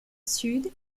sud